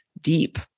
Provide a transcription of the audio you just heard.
deep